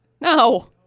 No